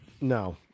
no